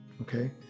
okay